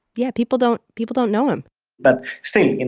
yeah, people don't people don't know him but still, you know,